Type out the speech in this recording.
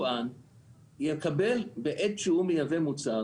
יבואן יקבל בעת שהוא מייבא מוצר,